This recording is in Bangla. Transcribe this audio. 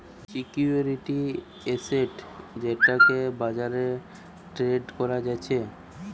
সিকিউরিটি এসেট যেটাকে বাজারে ট্রেড করা যাচ্ছে